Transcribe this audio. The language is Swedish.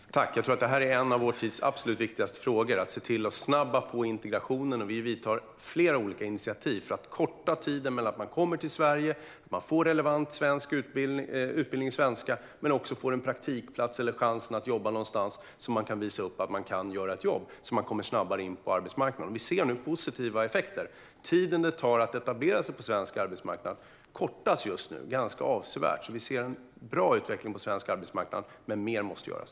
Fru talman! Jag tror att det en av vår tids absolut viktigaste frågor att se till att snabba på integrationen. Vi tar flera olika initiativ för att korta tiden mellan att människor kommer till Sverige, får relevant utbildning i svenska och får en praktikplats eller chansen att jobba någonstans. Det handlar om att visa att man kan göra ett jobb och snabbare komma in på arbetsmarknaden. Vi ser nu positiva effekter. Tiden det tar att etablera sig på svensk arbetsmarknad kortas just nu ganska avsevärt, så vi ser en bra utveckling på svensk arbetsmarknad - men mer måste göras.